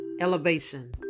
Elevation